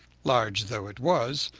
large though it was,